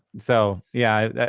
so, yeah.